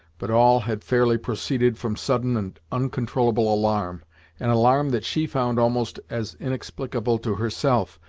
but all had fairly proceeded from sudden and uncontrollable alarm an alarm that she found almost as inexplicable to herself,